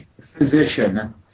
physician